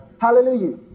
Hallelujah